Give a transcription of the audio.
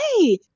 hey